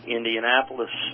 Indianapolis